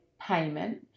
payment